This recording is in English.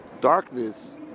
Darkness